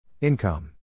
Income